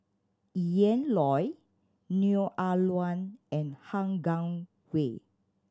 Ian Loy Neo Ah Luan and Han Guangwei